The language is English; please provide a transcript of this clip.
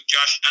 Josh